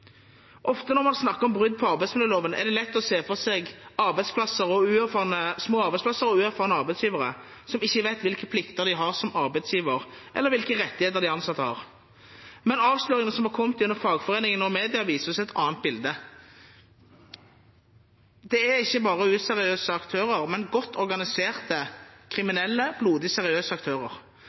Ofte når man snakker om brudd på arbeidsmiljøloven, er det lett å se for seg små arbeidsplasser og uerfarne arbeidsgivere som ikke vet hvilke plikter de har som arbeidsgivere, eller hvilke rettigheter de ansatte har. Men avsløringene som har kommet gjennom fagforeningene og media, viser oss et annet bilde. Det er ikke bare useriøse aktører, men godt organiserte, kriminelle, blodig seriøse aktører